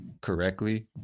correctly